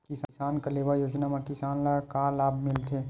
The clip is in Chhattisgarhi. किसान कलेवा योजना म किसान ल का लाभ मिलथे?